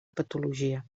patologia